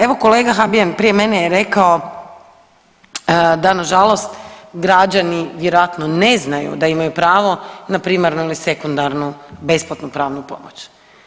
Evo, kolega Habijan prije mene je rekao da nažalost građani vjerojatno ne znaju da imaju pravo na primarnu ili sekundarnu besplatnu pravnu pomoć.